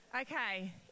Okay